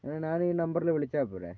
ഞാൻ ഈ നമ്പറിൽ വിളിച്ചാൽ പോരേ